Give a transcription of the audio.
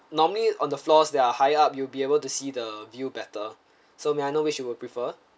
normally on the floors that are high up you'll be able to see the view better so may I know which you would prefer